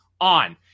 on